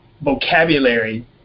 vocabulary